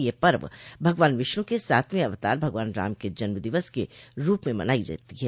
यह पर्व भगवान विष्णु के सातवें अवतार भगवान राम के जन्म दिवस के रूप में मनाया जाता है